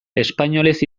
espainolez